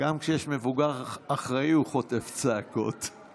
גם כשיש מבוגר אחראי הוא חוטף צעקות.